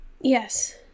yes